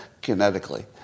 kinetically